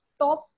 top